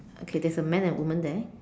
okay there is a man and a woman there